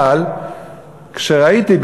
אבל כשראיתי,